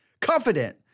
Confident